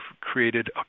created